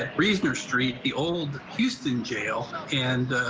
ah reasoner street the old houston jail and